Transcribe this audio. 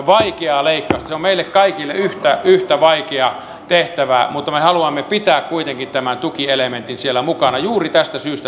se on meille kaikille yhtä vaikea tehtävä mutta me haluamme pitää kuitenkin tämän tukielementin siellä mukana juuri tästä syystä minkä mainitsin